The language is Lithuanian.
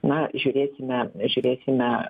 na žiūrėsime žiūrėsime